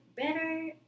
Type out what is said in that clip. Better